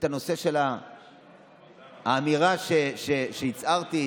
על הנושא, על האמירה שהצהרתי,